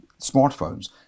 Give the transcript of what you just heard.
smartphones